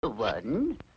One